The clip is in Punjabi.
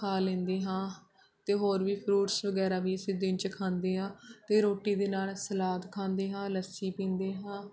ਖਾ ਲੈਂਦੀ ਹਾਂ ਅਤੇ ਹੋਰ ਵੀ ਫਰੂਟਸ ਵਗੈਰਾ ਵੀ ਅਸੀਂ ਦਿਨ 'ਚ ਖਾਂਦੇ ਹਾਂ ਅਤੇ ਰੋਟੀ ਦੇ ਨਾਲ਼ ਸਲਾਦ ਖਾਂਦੇ ਹਾਂ ਲੱਸੀ ਪੀਂਦੇ ਹਾਂ